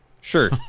Sure